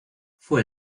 fue